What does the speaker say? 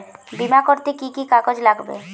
বিমা করতে কি কি কাগজ লাগবে?